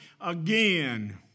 again